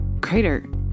Crater